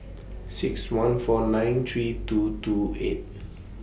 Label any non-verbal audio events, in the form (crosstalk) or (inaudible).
six one four nine three two two eight (noise)